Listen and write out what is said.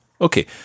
Okay